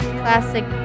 classic